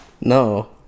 no